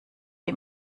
ihm